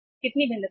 कितनी भिन्नता है